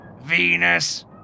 Venus